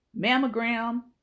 mammogram